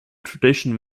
tradition